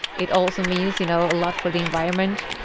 it also means, you know, a lot for the environment,